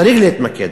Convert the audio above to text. צריך להתמקד,